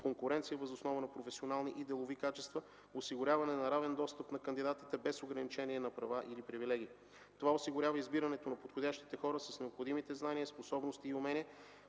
конкуренция въз основа на професионални и делови качества, осигуряване на равен достъп на кандидатите, без ограничение на права или привилегии. Това осигурява избирането на подходящите хора с необходимите знания, способности и умения,